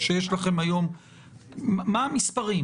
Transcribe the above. מה זה אומר למול בני משפחה